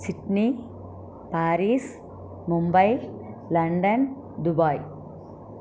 Sydney Paris Mumbai London Dubai